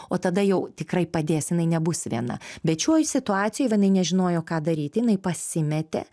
o tada jau tikrai padės jinai nebus viena bet šioj situacijoj va jinai nežinojo ką daryti jinai pasimetė